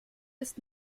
ist